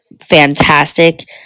fantastic